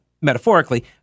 metaphorically